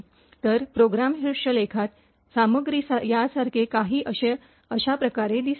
तर प्रोग्राम शीर्षलेखातील सामग्री यासारखे काही अश्या प्रकारे दिसते